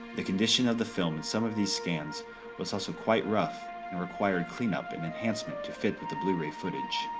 the condition of the film in some of these scans was often so quite rough and required cleanup and enhancement to fit with the blu-ray footage.